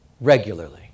regularly